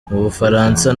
bufaransa